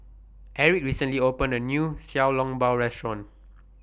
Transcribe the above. Erick recently opened A New Xiao Long Bao Restaurant